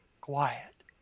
quiet